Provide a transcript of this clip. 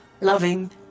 loving